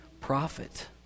prophet